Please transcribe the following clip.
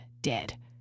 dead